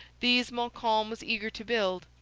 these montcalm was eager to build,